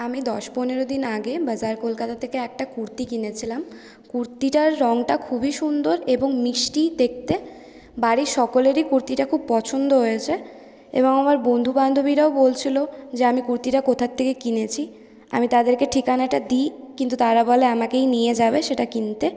আমি দশ পনেরো দিন আগে বাজার কলকাতা থেকে একটা কুর্তি কিনেছেলাম কুর্তিটার রঙটা খুবই সুন্দর এবং মিষ্টি দেখতে বাড়ির সকলেরই কুর্তিটা খুব পছন্দ হয়েছে এবং আমার বন্ধু বান্ধবীরাও বলছিলো যে আমি কুর্তিটা কোথা থেকে কিনেছি আমি তাদেরকে ঠিকানাটা দিই কিন্তু তারা বলে আমাকেই নিয়ে যাবে সেটা কিনতে